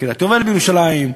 בקריית-היובל בירושלים,